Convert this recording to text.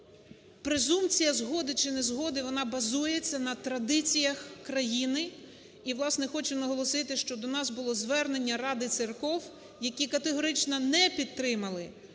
презумпція згоди чи незгоди, вона базується на традиціях країни. І, власне, хочу наголосити, що до нас було звернення Ради церков, які категорично не підтримали презумпцію,